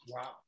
Wow